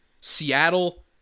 Seattle